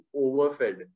overfed